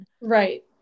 Right